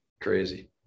crazy